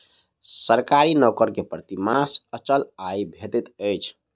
सरकारी नौकर के प्रति मास अचल आय भेटैत अछि